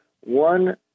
one